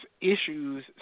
issues